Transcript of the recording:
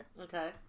Okay